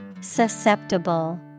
Susceptible